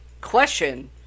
question